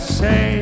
say